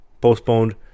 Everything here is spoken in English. postponed